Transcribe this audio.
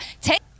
take